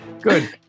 Good